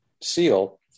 seal